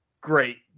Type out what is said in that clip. great